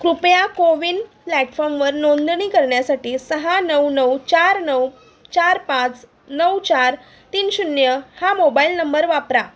कृपया कोविन प्लॅटफॉर्मवर नोंदणी करण्यासाठी सहा नऊ नऊ चार नऊ चार पाच नऊ चार तीन शून्य हा मोबाईल नंबर वापरा